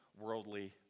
worldly